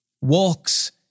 walks